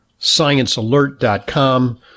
sciencealert.com